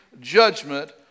judgment